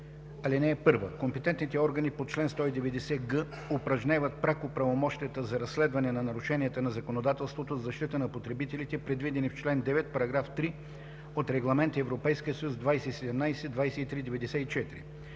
190е. (1) Компетентните органи по чл. 190г упражняват пряко правомощията за разследване на нарушения на законодателството за защита на потребителите, предвидени в чл. 9, параграф 3 от Регламент (ЕС) 2017/2394.